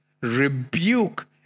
rebuke